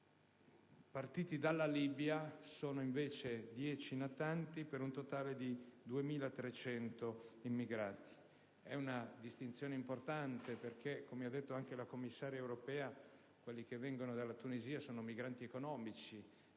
partiti dalla Libia sono invece 10 natanti, per un totale di 2.300 immigrati. È una distinzione importante, perché, come ha detto anche la commissaria europea, quelli che vengono dalla Tunisia sono migranti economici,